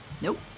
Nope